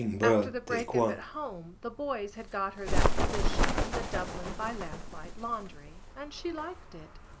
after the break-up at home the boys had got her that position in the dublin by lamplight laundry, and she liked it.